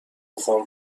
بخار